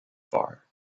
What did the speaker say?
far